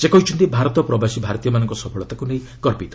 ସେ କହିଛନ୍ତି ଭାରତ ପ୍ରବାସୀ ଭାରତୀୟମାନଙ୍କ ସଫଳତାକୁ ନେଇ ଗର୍ବିତ